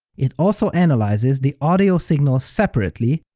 it also analyzes the audio signal separately,